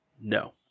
no